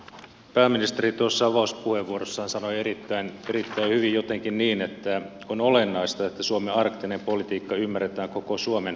pääministeri tuossa avauspuheenvuorossaan sanoi erittäin hyvin jotenkin niin että on olennaista että suomen arktinen politiikka ymmärretään koko suomen asiaksi